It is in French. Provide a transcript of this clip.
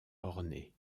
orné